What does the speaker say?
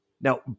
Now